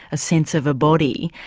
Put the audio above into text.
a sense of a body,